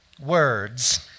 words